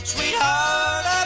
Sweetheart